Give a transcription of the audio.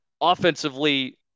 offensively